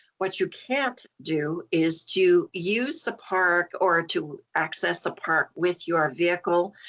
what you can't do is to use the park or to access the park with your vehicle,